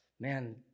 man